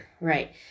Right